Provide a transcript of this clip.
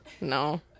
No